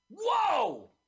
Whoa